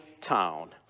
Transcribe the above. town